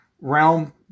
realm